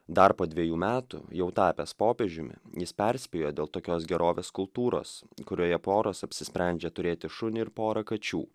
dar po dvejų metų jau tapęs popiežiumi jis perspėjo dėl tokios gerovės kultūros kurioje poros apsisprendžia turėti šunį ir pora kačių